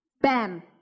Bam